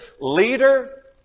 leader